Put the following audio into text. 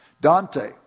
Dante